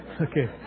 Okay